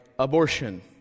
Abortion